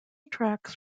tracks